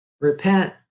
Repent